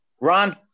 Ron